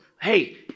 Hey